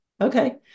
Okay